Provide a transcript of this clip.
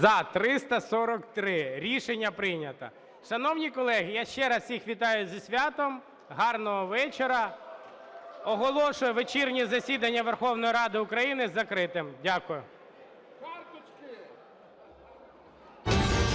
За-344 Рішення прийнято. Шановні колеги, я ще раз всіх вітаю зі святом. Гарного вечора. Оголошую вечірнє засідання Верховної Ради України закритим. Дякую.